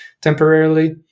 temporarily